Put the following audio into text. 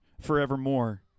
forevermore